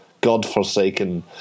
godforsaken